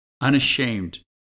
unashamed